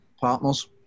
partners